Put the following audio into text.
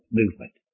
movement